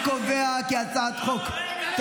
אנחנו 24. אני קובע כי הצעת חוק --- לא, רגע.